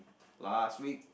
last week